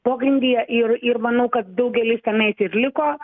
pogrindyje ir ir manau kad daugelis tenais ir liko